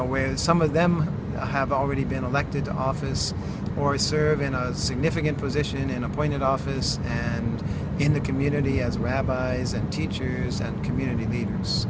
know where it's some of them have already been elected to office or serve in a significant position in appointed office and in the community as rabbis and teacher who said community leaders